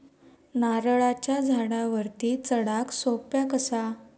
नारळाच्या झाडावरती चडाक सोप्या कसा?